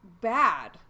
bad